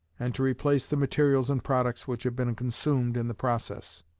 and to replace the materials and products which have been consumed in the process.